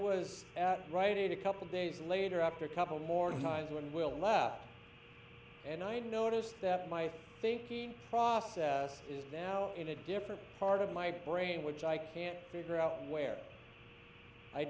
was right in a couple days later after a couple more times when will left and i noticed that my thinking process is now in a different part of my brain which i can't figure out where i